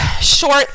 short